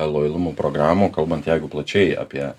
lojalumo programų kalbant jeigu plačiai apie